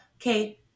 Okay